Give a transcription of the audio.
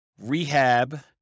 Rehab